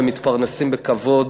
ומתפרנסים בכבוד,